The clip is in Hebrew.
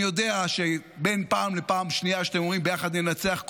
אני יודע שבין פעם לפעם שנייה שאתם אומרים "ביחד ננצח",